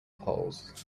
poles